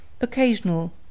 Occasional